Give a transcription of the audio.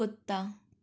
कुत्ता